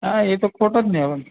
હા એ તો ખોટ જ ને હવે